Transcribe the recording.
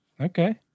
Okay